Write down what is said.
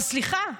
אבל סליחה,